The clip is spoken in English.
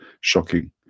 shocking